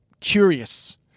curious